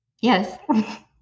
Yes